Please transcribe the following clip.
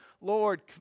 Lord